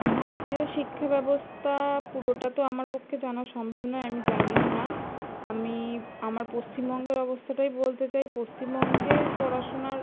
ভারতীয় শিক্ষাব্যবস্থা পুরোটা তো আমার পক্ষে জানা সম্ভব নয় আমি জানিও না আমি আমার পশ্চিমবঙ্গের অবস্থাটাই বলতে চাই পশ্চিমবঙ্গে পড়াশোনার